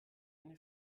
eine